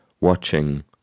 watching